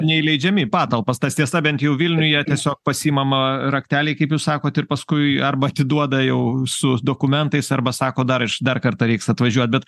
neįleidžiami į patalpas tas tiesa bent jau vilniuje tiesiog pasiimama rakteliai kaip jūs sakot ir paskui arba atiduoda jau su dokumentais arba sako dar iš dar kartą reiks atvažiuot bet